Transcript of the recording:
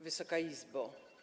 Wysoka Izbo!